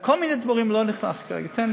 כל מיני דברים לא נכנסים כרגע.